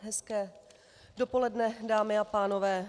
Hezké dopoledne, dámy a pánové.